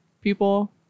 people